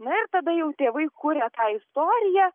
na ir tada jau tėvai kuria tą istoriją